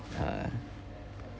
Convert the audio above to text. uh